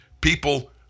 people